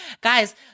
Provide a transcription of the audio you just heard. Guys